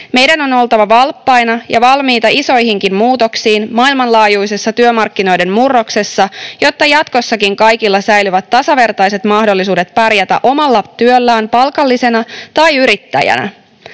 Meidän on oltava valppaina ja valmiita isoihinkin muutoksiin maailmanlaajuisessa työmarkkinoiden murroksessa, jotta jatkossakin kaikilla säilyvät tasavertaiset mahdollisuudet pärjätä omalla työllään palkallisena tai yrittäjänä.